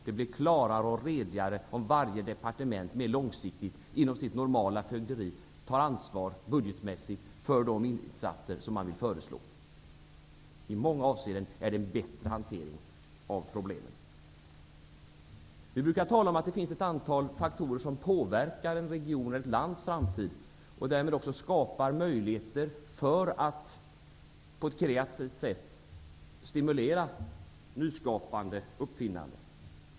Det blir klarare och redigare om varje departement inom sitt normala fögderi budgetmässigt tar ett mer långsiktigt ansvar för de insatser som man vill föreslå. I många avseenden är detta en bättre hantering av problemen. Man brukar tala om att det finns ett antal faktorer som påverkar en regions eller ett lands framtid, och därmed också skapar möjligheter för att på ett kreativt sätt stimulera nyskapande uppfinnande.